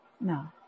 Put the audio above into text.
No